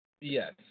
Yes